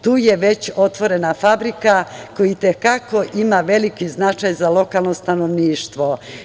Tu je već otvorena fabrika, koja i te kako ima veliki značaj za lokalno stanovništvo.